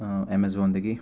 ꯑꯦꯃꯖꯣꯟꯗꯒꯤ